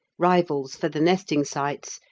rivals for the nesting sites,